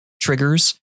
triggers